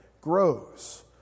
grows